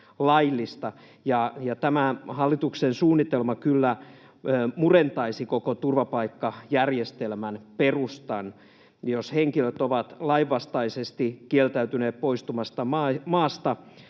tämä hallituksen suunnitelma kyllä murentaisi koko turvapaikkajärjestelmän perustan. Jos henkilöt ovat lainvastaisesti kieltäytyneet poistumasta maasta